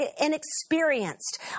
inexperienced